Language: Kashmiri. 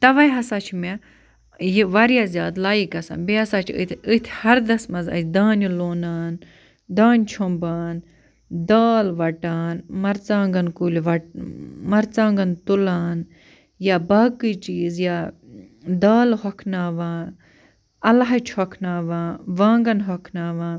تَوَے ہسا چھِ مےٚ یہِ واریاہ زیادٕ لایِک گژھان بیٚیہِ ہسا چھِ أتھۍ أتھۍ ہردَس منٛز أسۍ دانہِ لونان دانہِ چھۅمبان دال وَٹان مَرژٕوانٛگَن کُلۍ وٹان مَرژٕوانٛگَن تُلان یا باقٕے چیٖز یا دالہٕ ہۄکھناوان اَلہٕ ہَچہٕ ہۄکھناوان وانٛگَن ہۄکھناوان